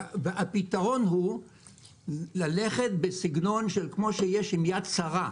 הפתרון הוא ללכת בסגנון כמו שיש עם 'יד שרה'.